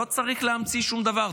לא צריך להמציא שום דבר,